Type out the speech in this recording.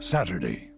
Saturday